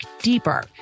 deeper